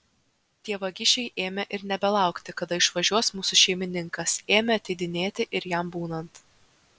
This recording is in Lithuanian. tie vagišiai ėmė ir nebelaukti kada išvažiuos mūsų šeimininkas ėmė ateidinėti ir jam būnant